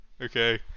Okay